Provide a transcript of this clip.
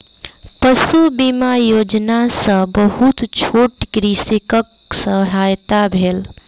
पशु बीमा योजना सॅ बहुत छोट कृषकक सहायता भेल